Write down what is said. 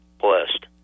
Blessed